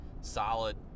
solid